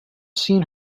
seen